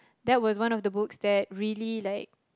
that was one of the books that really like